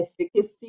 efficacy